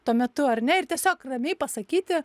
tuo metu ar ne ir tiesiog ramiai pasakyti